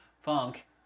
Funk